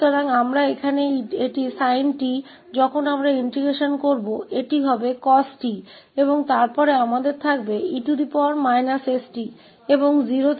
तो यहाँ यह sin 𝑡 है जब हम एकीकरण करते हैं तो यह cos 𝑡 होगा और फिर हमारे पास e st और ० से 𝜋 तक की सीमा है